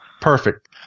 Perfect